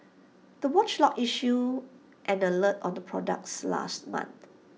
the watchdog issued an alert on the products last month